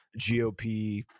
GOP